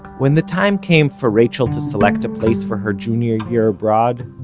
when the time came for rachael to select a place for her junior year abroad,